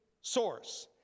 source